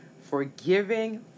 Forgiving